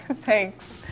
Thanks